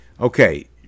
okay